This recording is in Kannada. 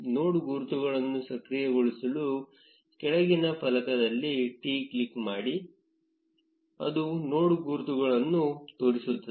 ನೋಡ್ ಗುರುತುಗಳನ್ನು ಸಕ್ರಿಯಗೊಳಿಸಲು ಕೆಳಗಿನ ಫಲಕದಲ್ಲಿ T ಕ್ಲಿಕ್ ಮಾಡಿ ಅದು ನೋಡ್ ಗುರುತುಗಳನ್ನು ತೋರಿಸುತ್ತದೆ